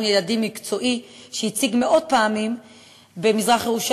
ילדים מקצועי שהציג מאות פעמים במזרח-ירושלים,